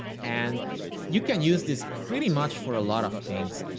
and you can use this pretty much for a lot of things,